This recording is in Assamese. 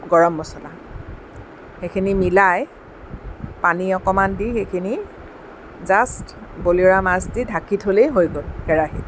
গৰম মছলা সেইখিনি মিলাই পানী অকণমান দি সেইখিনি জাষ্ট বলিয়ৰা মাছ দি ঢাকি থ'লেই হৈ গ'ল কেৰাহীত